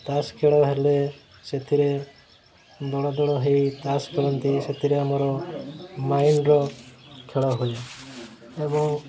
ତାସ୍ ଖେଳ ହେଲେ ସେଥିରେ ଦଳ ଦଳ ହୋଇ ତାସ୍ ଖେଳନ୍ତି ସେଥିରେ ଆମର ମାଇଣ୍ଡ୍ର ଖେଳ ହୁଏ ଏବଂ